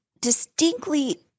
Distinctly